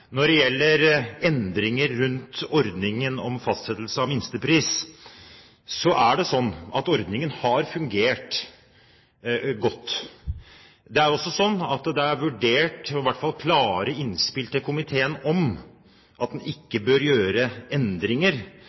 Når det gjelder endringer rundt ordningen med fastsettelse av minstepris, er det slik at ordningen har fungert godt. Det er også slik at det er vurdert i hvert fall klare innspill til komiteen om at en ikke bør gjøre endringer